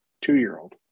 two-year-old